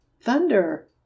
Thunder